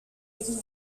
picking